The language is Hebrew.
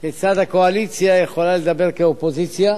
כיצד הקואליציה יכולה לדבר כאופוזיציה